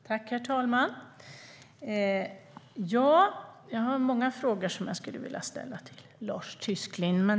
Herr talman! Jag har många frågor som jag skulle vilja ställa till Lars Tysklind.